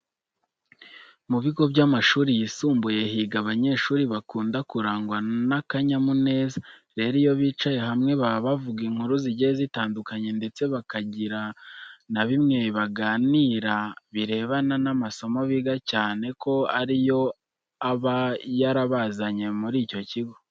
Mu bigo by'amashuri yisumbuye higa abanyeshuri bakunda kurangwa n'akanyamuneza. Rero, iyo bicaye hamwe baba bavuga inkuru zigiye zitandukanye ndetse bakagira na bimwe baganira birebana n'amasomo biga cyane ko ari yo aba yarabazanye muri icyo kigo.